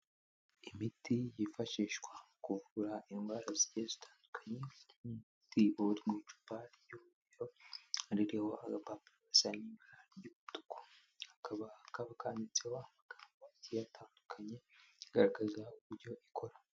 Imiti yifashishwa mu kuvura indwara zigiye zitandukanye. Ni imiti uri mu icupa ry'uburiro, hari iriho agapapuro gasa n'ibara ry'umutuku, hakaba akaba kanditseho amagambo make atandukanye agaragaza uburyo ikora.